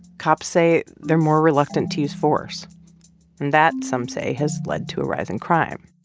cops say they're more reluctant to use force. and that, some say, has led to a rise in crime.